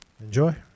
Enjoy